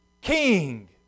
King